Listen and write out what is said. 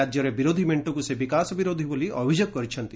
ରାଜ୍ୟରେ ବିରୋଧୀ ମେଙ୍କକ୍ତ ସେ ବିକାଶ ବିରୋଧୀ ବୋଲି ଅଭିଯୋଗ କରିଛନ୍ତି